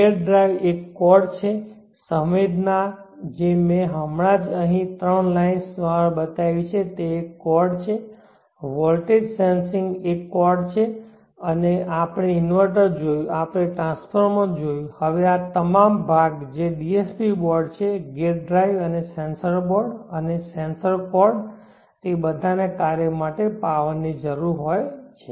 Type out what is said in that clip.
gate drive એક card છે સંવેદના જે મેં હમણાં જ અહીં ત્રણ લાઇન્સ દ્વારા બતાવી છે તે એક કોર્ડ છે વોલ્ટેજ સેન્સિંગ એક કોર્ડ ર્ડ છે આપણે ઇન્વર્ટર જોયું આપણે ટ્રાન્સફોર્મર જોયું હવે આ તમામ ભાગ જે DSP બોર્ડ છે ગેટ ડ્રાઇવ અને સેન્સર બોર્ડ અને સેન્સર કોર્ડ તે બધાને કાર્ય માટે પાવર ની જરૂર હોય છે